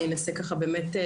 אני אנסה בקצרה.